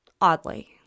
Oddly